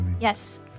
Yes